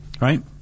right